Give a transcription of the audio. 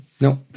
No